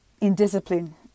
indiscipline